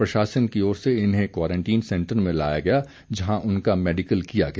प्रशासन की ओर से इन्हें क्वारंटीन सेंटर में लाया गया जहां उनका मैडिकल किया गया